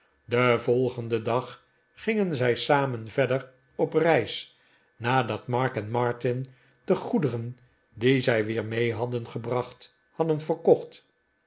den volgenden dag gingen zij samen verder op reis nadat mark en martin de goederen die zij weer mee hadden gebracht hadden verkocht